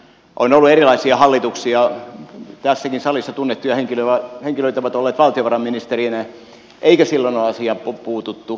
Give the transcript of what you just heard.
on ollut erilaisia hallituksia tässäkin salissa tunnettuja henkilöitä on ollut valtiovarainministereinä eikä silloin ole asiaan puututtu